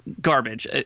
garbage